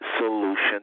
solution